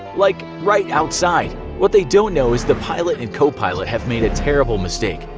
like right outside. what they don't know is the pilot and co-pilot have made a terrible mistake.